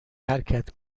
حرکت